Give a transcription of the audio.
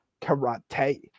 Karate